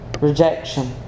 rejection